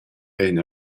ein